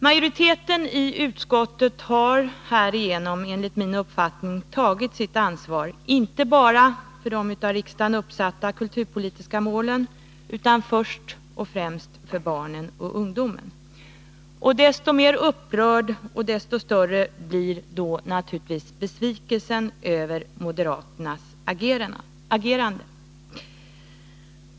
Majoriteten i utskottet har härigenom enligt min uppfattning tagit sitt ansvar inte bara för de av riksdagen uppsatta kulturpolitiska målen utan också, och först och främst, för barnen och ungdomen. Desto mer upprörd blir man över moderaternas agerande, och desto större blir besvikelsen över detta.